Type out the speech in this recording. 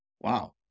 wow